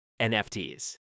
NFTs